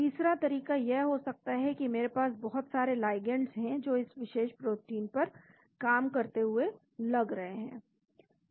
तीसरा तरीका यह हो सकता है कि मेरे पास बहुत सारे लाइगैंड्स हैं जो इस विशेष प्रोटीन पर काम करते हुए लग रहे हैं हैं